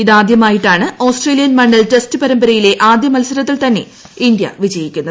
ഇത് ആദ്യമായിട്ടാണ് ഓസ്ട്രേലിയൻ മണ്ണിൽ ടെസ്റ്റ് പരമ്പയിലെ ആദ്യ മത്സരത്തിൽ തന്നെ ഇന്തൃ വിജയിക്കുന്നത്